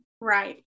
Right